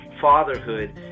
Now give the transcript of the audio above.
fatherhood